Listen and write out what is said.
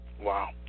Wow